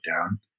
down